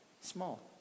Small